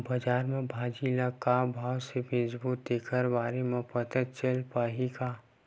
बजार में भाजी ल का भाव से बेचबो तेखर बारे में पता चल पाही का?